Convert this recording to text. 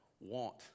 want